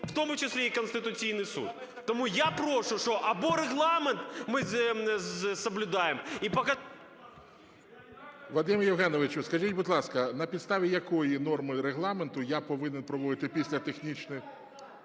в тому числі, і Конституційний Суд. Тому я прошу, що або Регламент ми соблюдаєм і… ГОЛОВУЮЧИЙ. Вадим Євгенович, скажіть, будь ласка, на підставі якої норми Регламенту я повинен проводити після технічної…